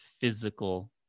physical